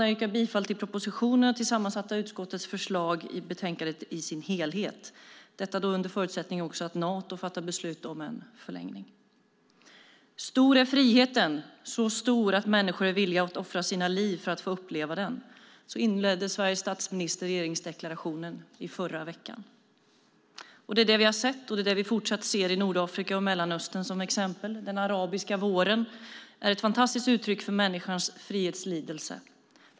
Jag yrkar bifall till propositionen och till sammansatta utskottets förslag i betänkandet i dess helhet - detta under förutsättning att Nato fattar beslut om en förlängning. "Stor är friheten. Den är så stor att människor är villiga att offra sina liv för att få uppleva den." Så inledde Sveriges statsminister regeringsdeklarationen i förra veckan. Det är det vi har sett och det är det vi fortsatt ser i Nordafrika och Mellanöstern som exempel. Den arabiska våren är ett fantastiskt uttryck för människans frihetslidelse.